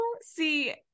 see